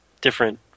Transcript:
different